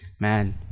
man